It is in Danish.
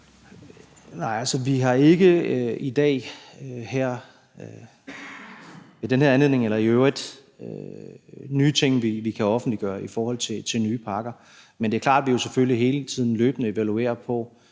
i øvrigt – nye ting, vi kan offentliggøre, i forhold til nye pakker. Men det er klart, at vi selvfølgelig hele